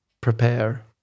prepare